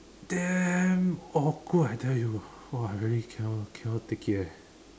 damn awkward I tell you !wah! I really cannot cannot take it eh